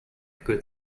good